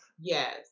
Yes